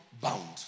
Bound